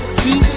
see